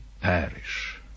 perish